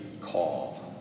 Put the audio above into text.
call